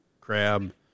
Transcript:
crab